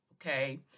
okay